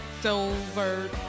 silver